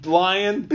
lion